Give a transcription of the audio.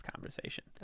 conversation